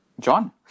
john